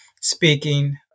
speaking